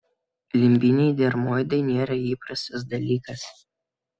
limbiniai dermoidai nėra įprastas dalykas